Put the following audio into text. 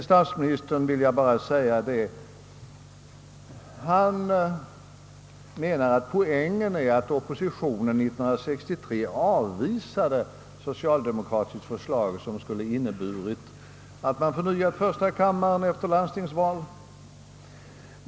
Statsministern menade att poängen var att oppositionen 1963 avvisade ett socialdemokratiskt förslag som skulle inneburit att man förnyat första kammaren efter landstingsvalen.